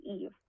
Eve